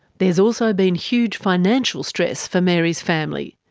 there's also been huge financial stress for mary's family.